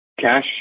Cash